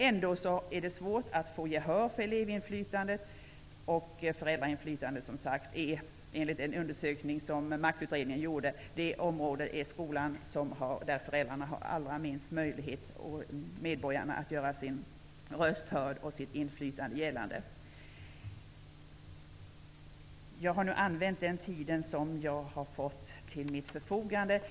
Ändå är det svårt att få gehör för elevinflytandet, och enligt en undersökning som Maktutredningen har gjort är skolan det område där föräldrarna och medborgarna har allra minst möjlighet att göra sin röst hörd och sitt inflytande gällande. Jag har nu använt den tid som jag har till mitt förfogande.